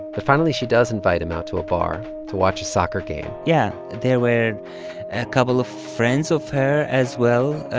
but finally she does invite him out to a bar to watch a soccer game yeah. there were a couple of friends of her as well.